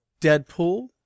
Deadpool